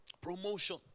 Promotion